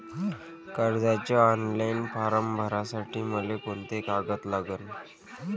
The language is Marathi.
कर्जाचे ऑनलाईन फारम भरासाठी मले कोंते कागद लागन?